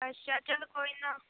ਅੱਛਾ ਚੱਲ ਕੋਈ ਨਾ